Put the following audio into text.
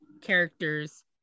characters